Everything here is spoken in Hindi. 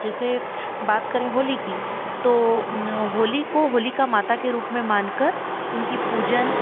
जैसे बात करें होली की तो होली को होलिका माता के रूप में मानकर उनकी पूजन